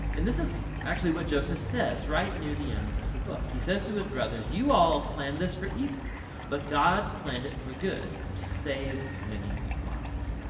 and this is actually what joseph says right near the end of the book. he says to his brother's, you planned this for evil but god planned it for good, to save many lives.